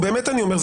באמת אני אומר,